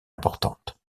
importante